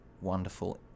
wonderful